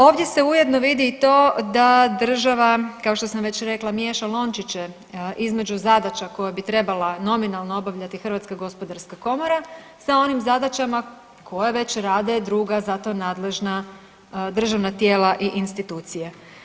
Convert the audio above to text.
Ovdje se ujedno vidi i to da država, kao što sam već rekla, miješa lončiće između zadaća koje bi trebala nominalno obavljati HGK sa onim zadaćama koje već rade druga za to nadležna državna tijela i institucije.